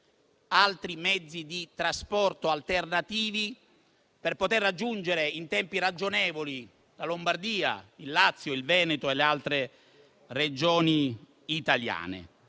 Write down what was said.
sono mezzi di trasporto alternativi per poter raggiungere in tempi ragionevoli la Lombardia, il Lazio, il Veneto e le altre Regioni italiane.